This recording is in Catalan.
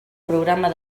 programa